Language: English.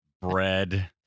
bread